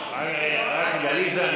יש הצבעה.